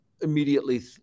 immediately